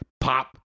Pop